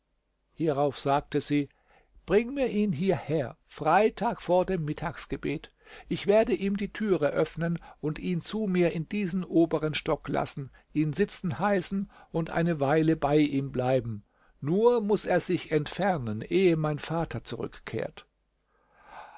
hierauf sagte sie bring mir ihn hierher freitag vor dem mittagsgebet ich werde ihm die türe öffnen und ihn zu mir in diesen oberen stock lassen ihn sitzen heißen und eine weile bei ihm bleiben nur muß er sich entfernen ehe mein vater zurückkehrt